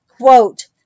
Quote